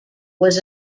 was